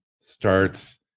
starts